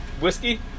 Whiskey